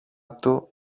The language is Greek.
του